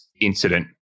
incident